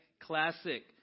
Classic